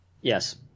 yes